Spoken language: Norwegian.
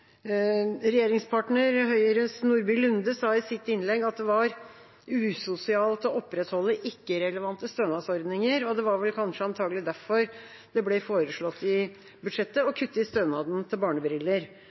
Regjeringspartner Høyres Nordby Lunde sa i sitt innlegg at det var usosialt å opprettholde ikke relevante stønadsordninger, og det var kanskje derfor det ble foreslått i budsjettet å